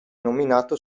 nominato